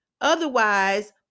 Otherwise